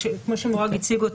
כמו שמורג הציג אותו,